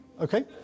okay